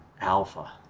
Alpha